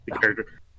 character